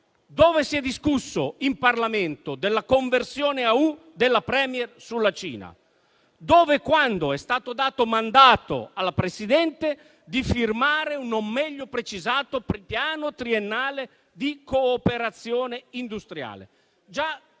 dove si è discusso in Parlamento della conversione a "U" della *Premier* sulla Cina? Dove e quando è stato dato mandato alla Presidente di firmare un non meglio precisato piano triennale di cooperazione industriale?